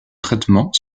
traitement